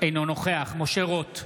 אינו נוכח משה רוט,